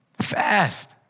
Fast